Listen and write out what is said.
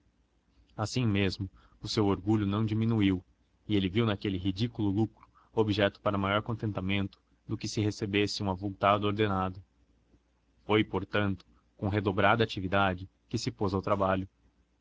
assim mesmo o seu orgulho não diminuiu e ele viu naquele ridículo lucro objeto para maior contentamento do que se recebesse um avultado ordenado foi portanto com redobrada atividade que se pôs ao trabalho